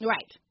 Right